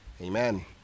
Amen